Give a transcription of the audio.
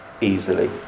easily